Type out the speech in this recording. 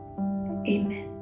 Amen